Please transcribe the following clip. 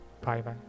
Bye-bye